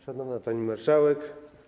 Szanowna Pani Marszałek!